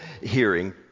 hearing